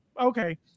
okay